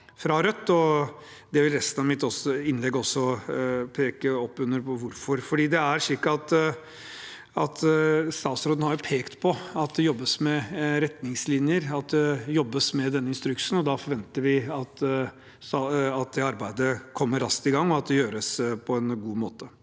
Rødt, og resten av mitt innlegg vil også bygge opp under hvorfor. Statsråden har pekt på at det jobbes med retningslinjer, og at det jobbes med denne instruksen. Da forventer vi at det arbeidet kommer raskt i gang, og at det gjøres på en god måte,